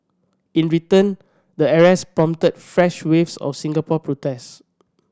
in return the arrests prompted fresh waves of Singapore protests